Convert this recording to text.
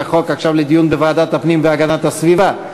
את החוק לדיון בוועדת הפנים והגנת הסביבה,